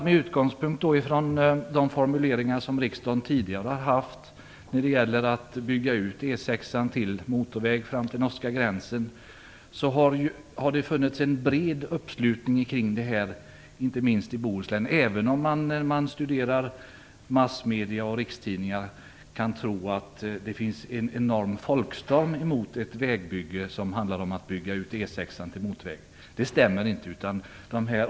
Med utgångspunkt från de formuleringar som riksdagen tidigare har gjort när det gällt att bygga ut E 6 till motorväg fram till norska gränsen kan man notera att det har funnits en bred uppslutning kring det här, inte minst i Bohuslän, även om man när man studerar massmedier och rikstidningar kan tro att det finns en enorm folkstorm mot ett vägbygge som handlar om att bygga ut E 6 till motorväg. Det stämmer inte.